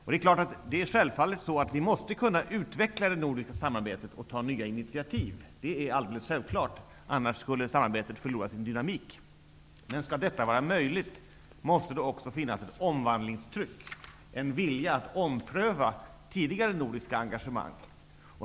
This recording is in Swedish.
Vi måste självfallet kunna utveckla det nordiska samarbetet och ta nya initiativ. Annars skulle samarbetet förlora sin dynamik. Men om detta skall vara möjligt måste det finnas ett omvandlingstryck, dvs. en vilja att ompröva tidigare nordiska engagemang.